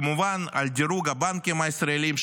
וכמובן על דירוג הבנקים הישראלים,